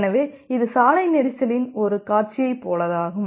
எனவே இது சாலை நெரிசலின் ஒரு காட்சியைப் போலதாகும்